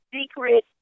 secret